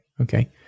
okay